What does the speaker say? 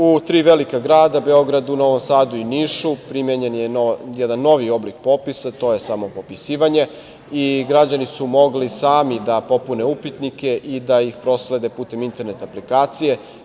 U tri velika grada, Beogradu, Novom Sadu i Nišu, primenjen je jedan novi oblik popisa, to je samopopisivanje, i građani su mogli sami da popune upitnike i da ih proslede putem internet aplikacije.